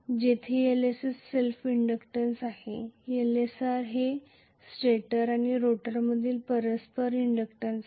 जेथे Lss self - inductance आहे Lsr हे स्टेटर आणि रोटरमधील परस्पर इंडक्टन्स आहे